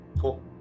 cool